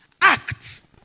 act